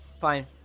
fine